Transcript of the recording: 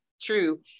true